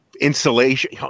insulation